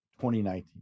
2019